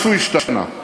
משהו השתנה.